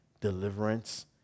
deliverance